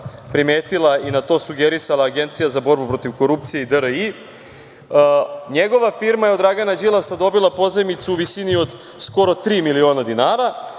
primetila i na to sugerisala Agencija za borbu protiv korupcije i DRI. Njegova firma je od Dragana Đilasa dobila pozajmicu u visini od skoro tri miliona dinara,